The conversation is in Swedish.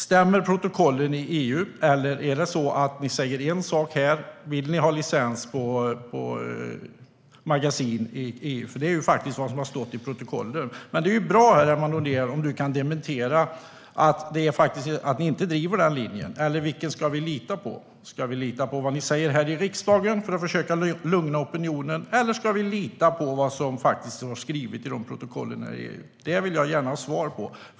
Stämmer protokollen i EU, eller säger ni en annan sak här, nämligen att ni vill ha licens på vapenmagasin i EU? Det är faktiskt vad som har stått i protokollen. Det är bra om Emma Nohrén kan dementera att Miljöpartiet driver den linjen. Vilken linje ska vi lita på? Ska vi lita på vad ni säger här i riksdagen, för att försöka lugna opinionen, eller ska vi lita på vad som faktiskt står skrivet i protokollen i EU? Det här vill jag gärna ha svar på.